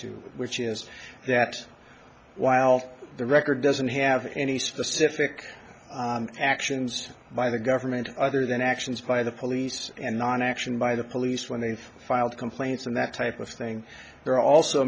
to which is that while the record doesn't have any specific actions by the government other than actions by the police and not action by the police when they filed complaints and that type of thing there are also